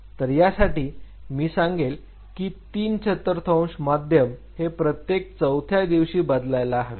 तर यासाठी मी सांगेल की तीनचतुर्थांश माध्यम हे प्रत्येक चौथ्या दिवशी बदलायला हवे